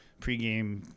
pregame